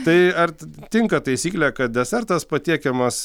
tai ar tinka taisyklė kad desertas patiekiamas